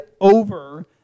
over